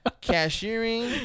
Cashiering